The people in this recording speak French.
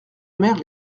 mère